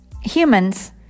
humans